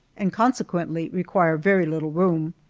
and consequently require very little room,